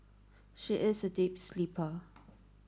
she is a deep sleeper